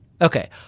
Okay